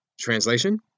Translation